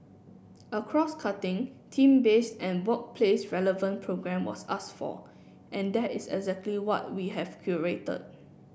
a crosscutting theme base workplace relevant programme was ask for and that is exactly what we have curated